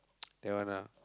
that one ah